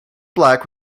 black